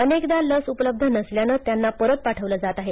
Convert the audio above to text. अनेकदा लस उपलब्ध नसल्यानं त्यांना परत पाठवलं जात आहे